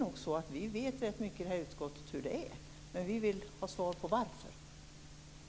Vi i utskottet vet nog rätt så mycket om hur det är, men vi vill ha svar på varför det är som det är.